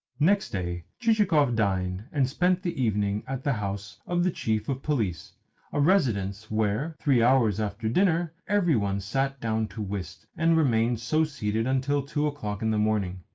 next day chichikov dined and spent the evening at the house of the chief of police a residence where, three hours after dinner, every one sat down to whist, and remained so seated until two o'clock in the morning.